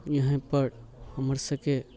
यहाँपर हमर सबके